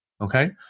okay